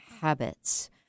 habits